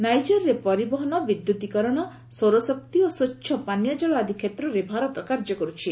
ନାଇଜର୍ରେପରିବହନ ବିଦ୍ୟତକରଣ ସୌରଶକ୍ତି ଓ ସ୍ପଚ୍ଛ ପାନୀୟ ଜଳ ଆଦି କ୍ଷେତ୍ରରେ ଭାରତ କାର୍ଯ୍ୟ କର୍ରଛି